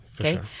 Okay